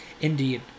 Indeed